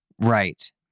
right